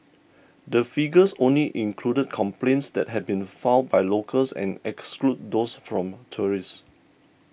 the figures only included complaints that had been filed by locals and excludes those from tourists